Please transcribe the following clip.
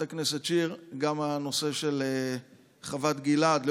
הכנסת שיר גם הנושא של חוות גלעד יידון,